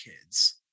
kids